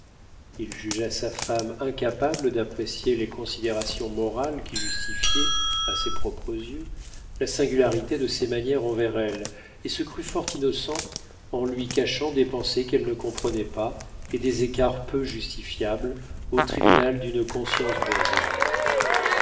il jugea sa femme incapable d'apprécier les considérations morales qui justifiaient à ses propres yeux la singularité de ses manières envers elle et se crut fort innocent en lui cachant des pensées qu'il ne comprenait pas et des écarts peu justiciables au tribunal d'une conscience bourgeoise